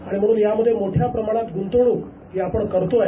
आणि म्हणून यामध्ये मोठ्या प्रमाणात गृंतवणूक हि आपण करतो आहे